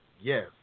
Yes